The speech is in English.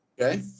Okay